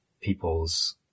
people's